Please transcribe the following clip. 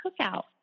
cookout